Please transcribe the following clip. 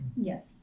Yes